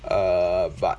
err but